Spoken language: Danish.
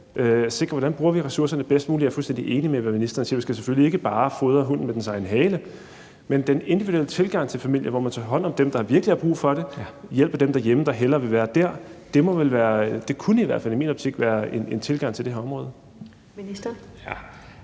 vi bruger ressourcerne bedst muligt. Jeg er fuldstændig enig i, hvad ministeren siger om, at vi selvfølgelig ikke bare skal fodre hunden med dens egen hale, men den individuelle tilgang til familien, hvor man tager hånd om dem, der virkelig har brug for det, og hjælper dem derhjemme, der hellere vil være dér, kunne, i hvert fald i min optik, være en tilgang til det her område.